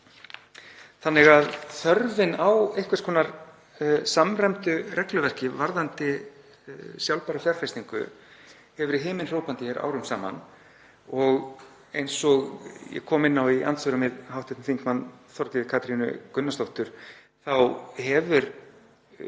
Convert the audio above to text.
ekki. Þörfin á einhvers konar samræmdu regluverki varðandi sjálfbæra fjárfestingu hefur verið himinhrópandi hér árum saman. Eins og ég kom inn á í andsvörum við hv. þm. Þorgerði Katrínu Gunnarsdóttur hefur